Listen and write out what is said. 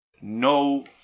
no